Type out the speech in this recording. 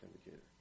indicator